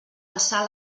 alçar